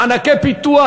מענקי פיתוח,